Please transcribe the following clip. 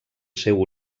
seu